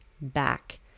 back